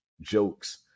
jokes